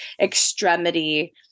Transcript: extremity